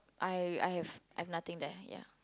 I I have I have nothing there ya